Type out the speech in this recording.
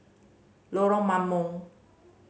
Lorong Mambong